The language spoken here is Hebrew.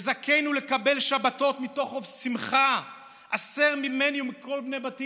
"וזכנו לקבל שבתות מתוך רוב שמחה והסר ממני ומכל בני ביתי